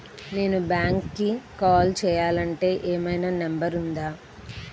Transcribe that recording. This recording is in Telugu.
నేను బ్యాంక్కి కాల్ చేయాలంటే ఏమయినా నంబర్ ఉందా?